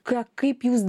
ką kaip jūs